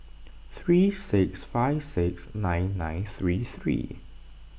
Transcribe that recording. three six five six nine nine three three